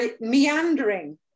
meandering